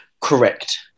Correct